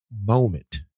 moment